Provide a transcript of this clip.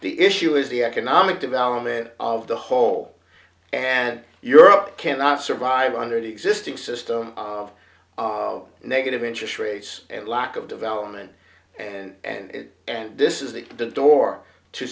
the issue is the economic development of the whole and europe cannot survive under the existing system of negative interest rates and lack of development and and this is the door to